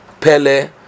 Pele